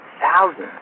thousands